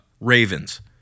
ravens